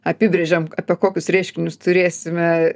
apibrėžiam apie kokius reiškinius turėsime